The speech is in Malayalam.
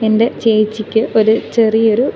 എൻ്റെ ചേച്ചിക്ക് ഒരു ചെറിയൊരു